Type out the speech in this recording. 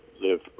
live